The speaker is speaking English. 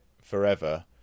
forever